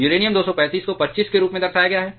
uranium 235 को 25 के रूप में दर्शाया गया है